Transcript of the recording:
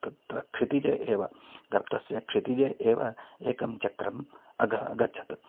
तत्र क्षितिजे एव गर्तस्य क्षितिजे एव एकं चक्रम् अधः आगतम्